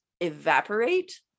evaporate